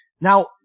Now